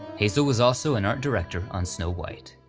hazel was also an art director on snow white.